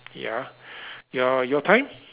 ya your your time